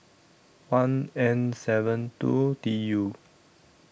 one N seven two T U